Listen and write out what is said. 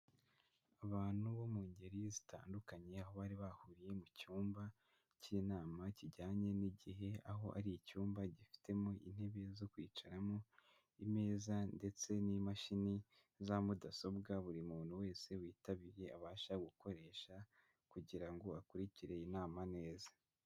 Abantu bo mu ngeri zitandukanye, aho bari bahuriye mu cyumba k'inama kijyanye n'igihe, aho ari icyumba gifitemo intebe zo kwicaramo, imeza ndetse n'imashini za mudasobwa, buri muntu wese witabiriye abasha gukoresha, kugira ngo akurikire inama neza.